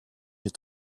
est